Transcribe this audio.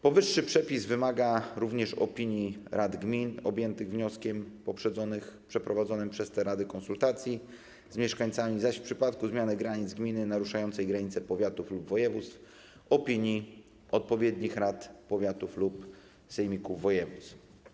Powyższy przepis wymaga również opinii rad gmin objętych wnioskiem poprzedzonych przeprowadzonymi przez te rady konsultacjami z mieszkańcami, zaś w przypadku zmiany granic gminy naruszającej granicę powiatów lub województw - opinii odpowiednich rad powiatów lub sejmików województw.